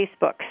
Facebook